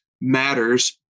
matters